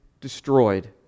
destroyed